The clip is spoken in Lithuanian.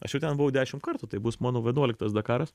aš jau ten buvau dešimt kartų tai bus mano vienuoliktas dakaras